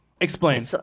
Explain